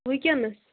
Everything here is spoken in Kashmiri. وُنکٮ۪نس